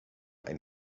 ein